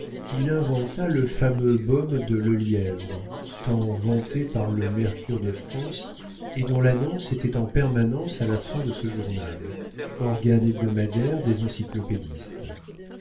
il inventa le fameux baume de lelièvre tant vanté par le mercure de france et dont l'annonce était en permanence à la fin de ce journal organe hebdomadaire des encyclopédistes